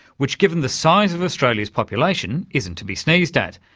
which, given the size of australia's population, isn't to be sneezed at.